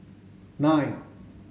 nine